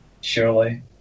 surely